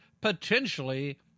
potentially